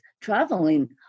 traveling